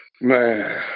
Man